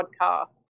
podcast